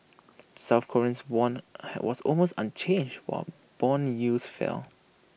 South Koreans won was almost unchanged while Bond yields fell